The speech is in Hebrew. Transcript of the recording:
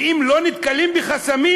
ואם לא נתקלים בחסמים,